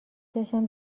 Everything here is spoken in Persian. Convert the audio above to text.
داشتم